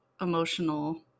emotional